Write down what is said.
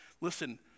Listen